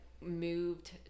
moved